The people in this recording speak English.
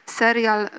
serial